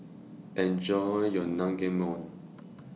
Enjoy your Naengmyeon